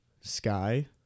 sky